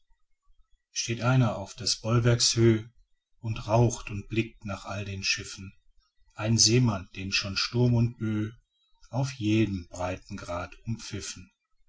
steht einer auf des bollwerks höh und raucht und blickt nach all den schiffen ein seemann den schon sturm und bö auf jedem breitengrad